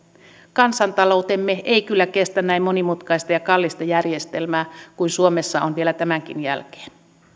kansantaloutemme ei kyllä kestä näin monimutkaista ja kallista järjestelmää kuin suomessa on vielä tämänkin jälkeen